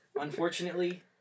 unfortunately